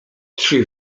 czy